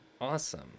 awesome